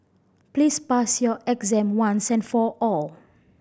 please pass your exam once and for all